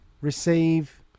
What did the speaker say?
receive